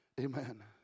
Amen